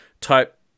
type